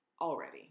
Already